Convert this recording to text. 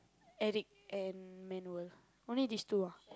Eric and Emmanuel only these two ah